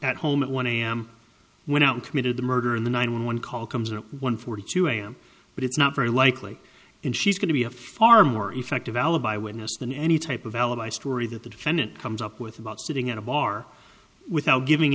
at home at one am when i committed the murder in the nine one one call comes in at one forty two am but it's not very likely and she's going to be a far more effective alibi witness than any type of alibi story that the defendant comes up with about sitting in a bar without giving